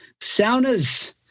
saunas